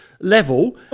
level